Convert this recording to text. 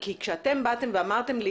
כשאמרתם: